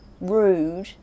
rude